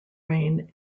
rain